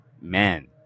man